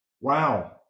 Wow